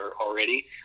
already